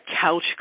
couch